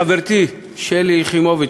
חברתי שלי יחימוביץ,